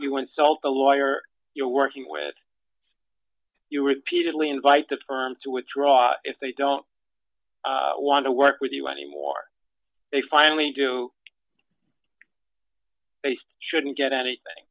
you want to sell the lawyer you're working with you repeatedly invite the firms to withdraw if they don't want to work with you anymore they finally do based shouldn't get anything